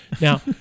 now